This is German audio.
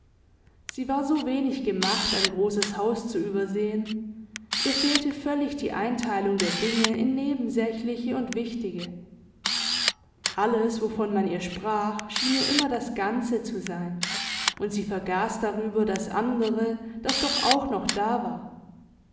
sie war so wenig gemacht ein großes haus zu übersehen ihr fehlte völlig die einteilung der dinge in nebensächliche und wichtige alles wovon man ihr sprach schien ihr immer das ganze zu sein und sie vergaß darüber das andere das doch auch noch da war